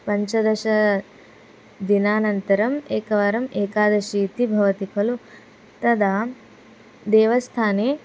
पञ्चदश दिनानन्तरम् एकवारम् एकादशी इति भवति खलु तदा देवस्थाने